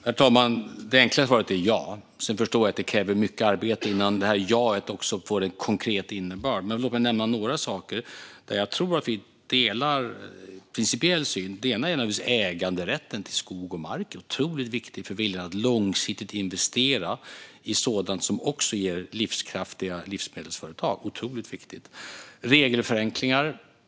Herr talman! Det enkla svaret är ja. Sedan förstår jag att det krävs mycket arbete innan detta ja får en konkret innebörd, men låt mig nämna några saker där jag tror att vi delar en principiell syn. Det ena är naturligtvis äganderätten till skog och mark. Den är otroligt viktig för viljan att långsiktigt investera i sådant som också ger livskraftiga livsmedelsföretag. Det är otroligt viktigt. Det andra är regelförenklingar.